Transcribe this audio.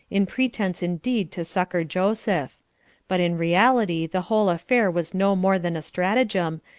in pretense indeed to succor joseph but in reality the whole affair was no more than a stratagem,